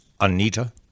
Anita